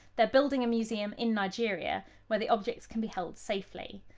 they're building a museum in nigeria where the objects can be held safely.